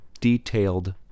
detailed